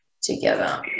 together